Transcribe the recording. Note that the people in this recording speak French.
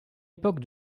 époque